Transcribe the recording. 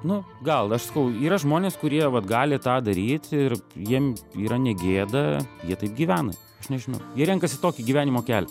nu gal aš sakau yra žmonės kurie vat gali tą daryt ir jiem yra ne gėda jie taip gyvena aš nežinau jie renkasi tokį gyvenimo kelią